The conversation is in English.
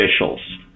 officials